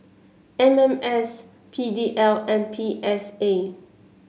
M M S P D L and P S A